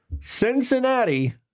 Cincinnati